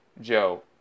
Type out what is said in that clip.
Joe